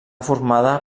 formada